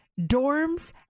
dorms